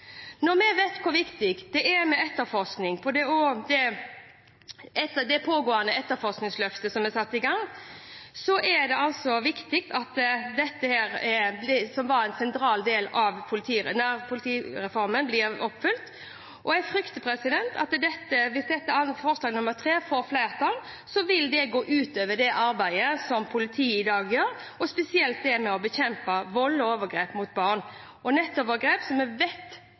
Når vi vet hvor viktig det er med etterforskning, med det pågående etterforskningsløftet som er satt i gang, er det viktig at dette som var en sentral del av nærpolitireformen, blir oppfylt. Jeg frykter at hvis III får flertall, vil det gå ut over det arbeidet som politiet i dag gjør, spesielt med å bekjempe vold og overgrep mot barn og nettovergrep, som vi vet